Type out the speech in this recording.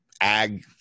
ag